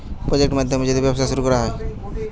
project মাধ্যমে যদি ব্যবসা শুরু করা হয়